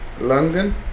London